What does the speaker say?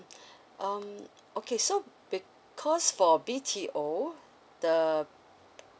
um okay so because for B_T_O the